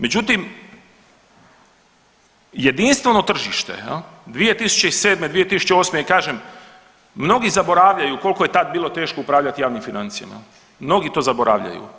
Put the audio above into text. Međutim, jedinstveno tržište jel, 2007., 2008. i kažem mnogi zaboravljaju koliko je tad teško bilo upravljati javnim financijama, mnogi to zaboravljaju.